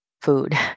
food